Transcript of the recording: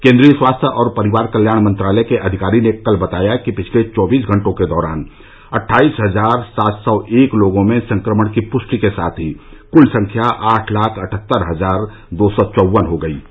केन्द्रीय स्वास्थ्य और परिवार कल्याण मंत्रालय के अधिकारी ने कल बताया कि पिछले चौबीस घंटों के दौरान अट्ठाईस हजार सात सौ एक लोगों में संक्रमण की पुष्टि के साथ ही कुल संख्या आठ लाख अठहत्तर हजार दो सौ चौवन हो गई है